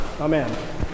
amen